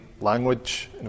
language